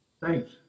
Thanks